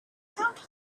counted